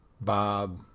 Bob